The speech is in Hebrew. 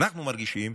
אנחנו מרגישים,